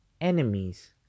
enemies